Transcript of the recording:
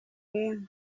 him